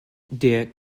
der